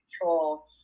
control